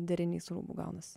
derinys rūbų gaunasi